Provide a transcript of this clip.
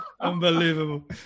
Unbelievable